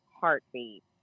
heartbeat